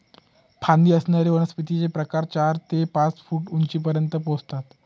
फांदी असणाऱ्या वनस्पतींचे प्रकार चार ते पाच फूट उंचीपर्यंत पोहोचतात